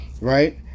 right